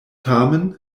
tamen